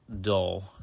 dull